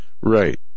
Right